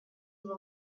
его